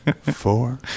four